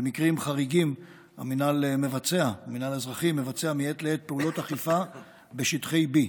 במקרים חריגים המינהל האזרחי מבצע מעת לעת פעולות אכיפה בשטחי B,